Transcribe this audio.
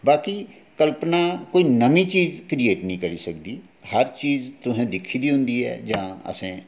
बाकी कल्पना कोई नमीं चीज क्रिएट नीं करी सकदी हर चीज तुसें दिक्खी दी होंदी ऐ जां असें